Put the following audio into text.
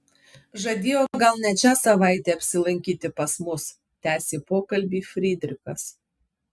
žadėjo gal net šią savaitę apsilankyti pas mus tęsė pokalbį frydrichas